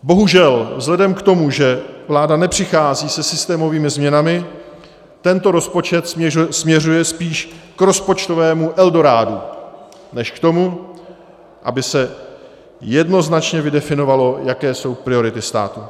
Bohužel, vzhledem k tomu, že vláda nepřichází se systémovými změnami, tento rozpočet směřuje spíš k rozpočtovému eldorádu než k tomu, aby se jednoznačně vydefinovalo, jaké jsou priority státu.